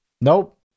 nope